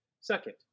Second